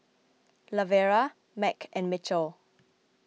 Lavera Mack and Mitchell